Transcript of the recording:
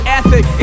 ethic